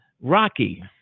Rocky